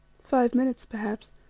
five minutes perhaps,